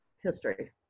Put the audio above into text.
history